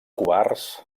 covards